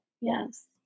Yes